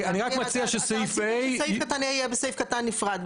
אתה רצית שסעיף קטן (ה) יהיה בסעיף קטן נפרד.